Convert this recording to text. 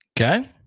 Okay